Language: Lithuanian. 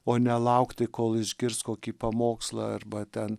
o ne laukti kol išgirs kokį pamokslą arba ten